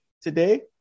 today